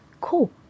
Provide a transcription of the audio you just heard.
Cool